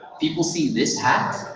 people see this hat,